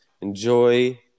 Enjoy